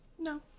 no